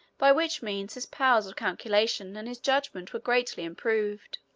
by which means his powers of calculation and his judgment were greatly improved.